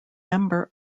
member